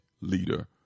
leader